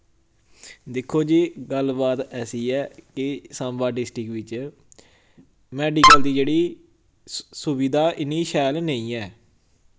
दिक्खो जी गल्लबात ऐसी ऐ कि साम्बा डिस्ट्रिक बिच्च मैडिकल दी जेह्ड़ी सु सुविधा इन्नी शैल नेईं ऐ